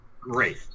Great